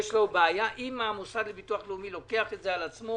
אם המוסד לביטוח לאומי לוקח את זה על עצמו,